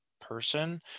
person